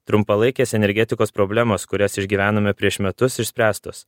trumpalaikės energetikos problemos kurias išgyvenome prieš metus išspręstos